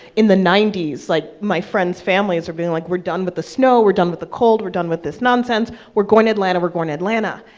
in the ninety s, like my friends' families are being like, we're done with the snow, we're done with the cold, we're done with this nonsense, we're going to atlanta, we're going to atlanta.